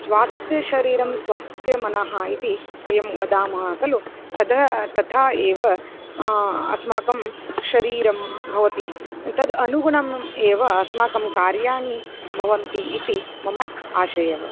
स्वास्थ्यशरीरं स्वास्थ्यमनः इति वयं वदामः खलु तद् तदा एव अस्माकं शरीरं भवति तद् अनुगुणम् एव अस्माकं कार्याणि भवन्ति इति मम आशयः